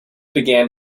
began